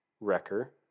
Wrecker